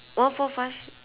one four five